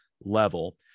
level